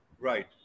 Right